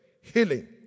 healing